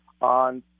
on